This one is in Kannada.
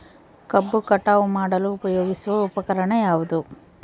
ಕಬ್ಬು ಕಟಾವು ಮಾಡಲು ಉಪಯೋಗಿಸುವ ಉಪಕರಣ ಯಾವುದು?